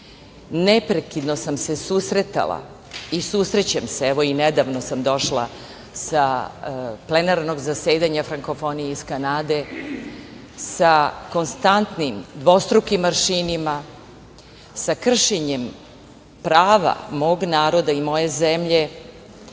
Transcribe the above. neprekidno sam se susretala i susrećem se i nedavno sam došla sa plenarnog zasedanja frankofonije iz Kanade, sa konstantnim i dvostrukim aršinima, sa kršenjem prava mog naroda i moje zemlje,